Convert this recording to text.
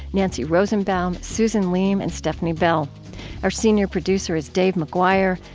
nancy rosenbaum, susan leem, and stefni bell our senior producer is dave mcguire.